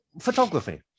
Photography